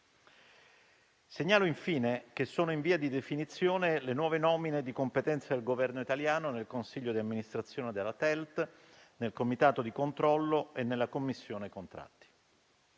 Segnalo infine che sono in via di definizione le nuove nomine di competenza del Governo italiano nel consiglio di amministrazione della TELT-Tunnel Euralpin Lyon Turin, nel comitato di controllo e nella commissione contratti.